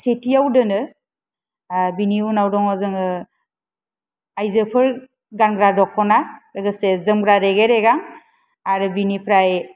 सेथियाव दोनो आर बेनि उनाव दङ जोङो आयजोफोर गानग्रा दखना लोगोसे जोमग्रा रेगे रेगां आरो बेनिफ्राय